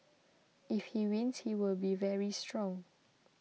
if he wins he will be very strong